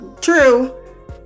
True